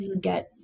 get